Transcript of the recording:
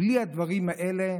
בלי הדברים האלה,